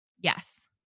Yes